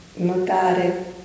Notare